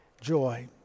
joy